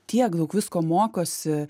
tiek daug visko mokosi